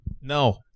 No